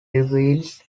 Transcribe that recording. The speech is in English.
reveals